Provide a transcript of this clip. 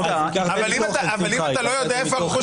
ואם אתה לא יודע איפה העבריין,